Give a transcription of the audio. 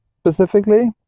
specifically